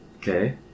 Okay